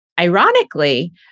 ironically